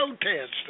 protest